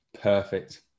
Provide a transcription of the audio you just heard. Perfect